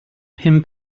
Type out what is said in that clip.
pum